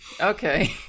Okay